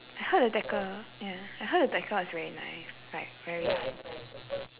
I heard the decor ya I heard the decor is very nice it's like very